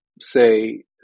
say